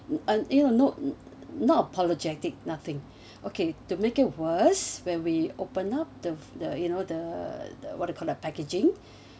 and you know no not apologetic nothing okay to make it worse when we opened up the the you know the the what you call that packaging